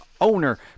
owner